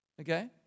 okay